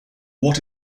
what